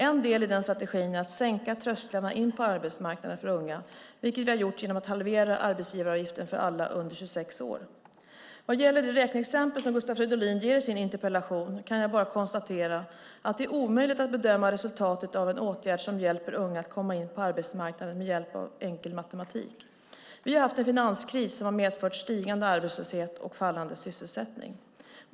En del i den strategin är att sänka trösklarna in på arbetsmarknaden för unga, vilket vi gjort genom att halvera arbetsgivareavgiften för alla under 26 år. Vad gäller det räkneexempel som Gustav Fridolin ger i sin interpellation, kan jag bara konstatera att det är omöjligt att bedöma resultatet av en åtgärd som hjälper unga att komma in på arbetsmarknaden med hjälp av enkel matematik. Vi har haft en finanskris som medfört stigande arbetslöshet och fallande sysselsättning.